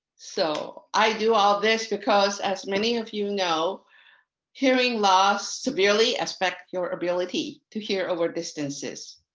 so i do all this because as many of you know hearing loss severely affect your ability to hear over distances.